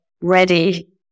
ready